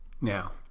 now